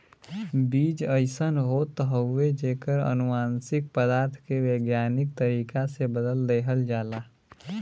बीज अइसन होत हउवे जेकर अनुवांशिक पदार्थ के वैज्ञानिक तरीका से बदल देहल जाला